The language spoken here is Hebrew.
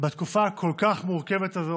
בתקופה הכל-כך מורכבת הזאת,